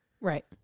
Right